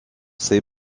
ces